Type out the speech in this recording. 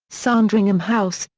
sandringham house,